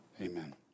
Amen